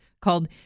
called